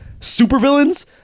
Supervillains